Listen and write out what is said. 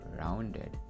rounded